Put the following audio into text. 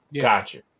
Gotcha